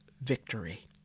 victory